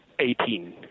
Eighteen